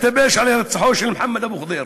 הפשע של הירצחו של מוחמד אבו ח'דיר.